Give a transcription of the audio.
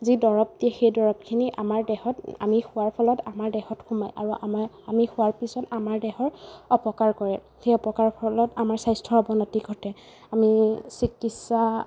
যি দৰৱ দিয়ে সেই দৰৱখিনি আমাৰ দেহত আমি খোৱাৰ ফলত আমাৰ দেহত সোমায় আৰু আমাৰ আমি খোৱাৰ পিছত আমাৰ দেহৰ অপকাৰ কৰে সেই অপকাৰ ফলত আমাৰ স্বাস্থ্যৰ অৱনতি ঘটে আমি চিকিৎসা